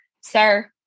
sir